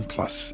Plus